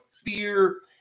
fear